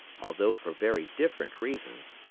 although for very different reasons,